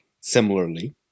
similarly